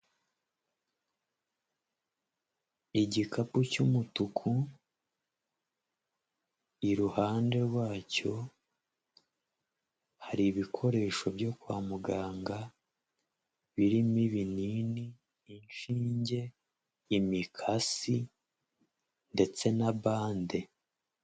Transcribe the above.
Igikapu cy'umutuku, iruhande rwacyo hari ibikoresho byo kwa muganga, birimo ibinini, inshinge, imikasi ndetse na bande.